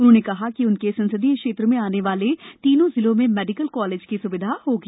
उन्होंने कहा कि उनके संसदीय क्षेत्र में आने वाले तीनों जिलों में मेडीकल कॉलेज की सुविधा होगी